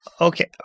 okay